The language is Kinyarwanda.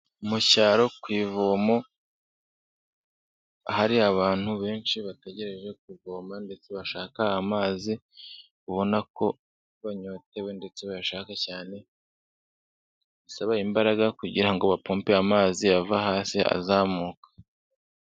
Mu cyaro ku ivomo, hari abantu benshi bategereje kuvoma ndetse bashaka amazi, ubona ko banyotewe ndetse bayashaka cyane, bisaba imbaraga kugira ngo bapompe, amazi ava hasi azamuka.